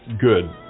good